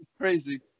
crazy